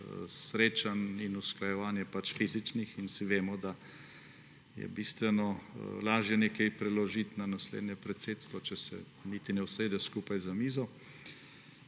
srečanj in usklajevanj je fizičnih. Vsi vemo, da je bistveno lažje nekaj preložiti na naslednje predsedstvo, če se niti ne usedeš skupaj za mizo.